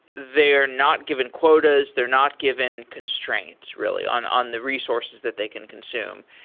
they are not given quotas, they're not given constraints really on on the resources that they can consume.